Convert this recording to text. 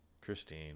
Christine